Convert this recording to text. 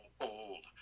old